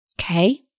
Okay